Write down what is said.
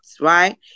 right